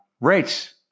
Rates